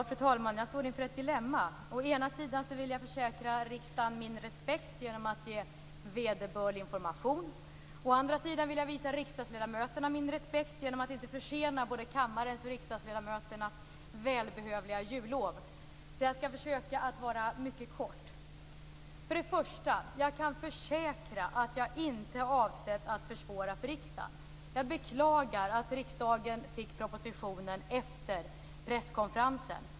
Fru talman! Jag står inför ett dilemma. Å ena sidan vill jag försäkra riksdagen min respekt genom att ge vederbörlig information. Å andra sidan vill jag visa riksdagsledamöterna min respekt genom att inte försena både kammarens och riksdagsledamöternas välbehövliga jullov. Jag skall därför försöka att fatta mig mycket kort. För det första: Jag kan försäkra att jag inte har avsett att försvåra för riksdagen. Jag beklagar att riksdagen fick propositionen efter presskonferensen.